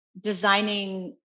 designing